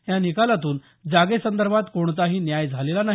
या निकालातून जागेसंदर्भात कोणताही न्याय झालेला नाही